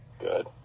good